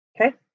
Okay